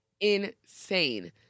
insane